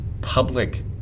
public